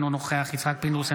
אינו נוכח יצחק פינדרוס,